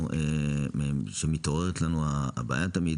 כשמתעוררת לנו הבעיה תמיד